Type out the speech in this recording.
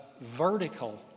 vertical